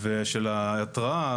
ושל ההתרעה.